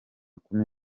kumi